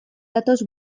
datoz